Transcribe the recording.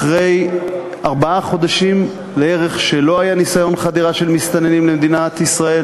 אחרי ארבעה חודשים לערך שלא היה ניסיון חדירה של מסתננים למדינת ישראל,